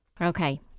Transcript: Okay